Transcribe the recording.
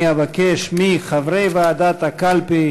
אני אבקש מחברי ועדת הקלפי